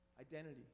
Identity